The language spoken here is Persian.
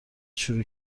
شروع